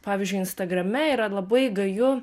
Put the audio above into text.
pavyzdžiui instagrame yra labai gaju